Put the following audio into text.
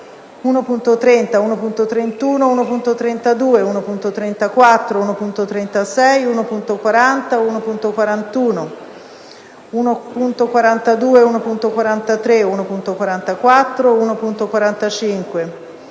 1.30, 1.31, 1.32, 1.34, 1.36, 1,40, 1.41, 1.42, 1.43, 1.44, 1.45,